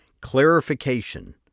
clarification